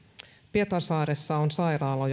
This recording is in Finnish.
pietarsaaressa on sairaala